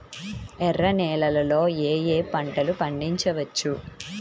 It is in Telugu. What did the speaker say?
ఎర్ర నేలలలో ఏయే పంటలు పండించవచ్చు?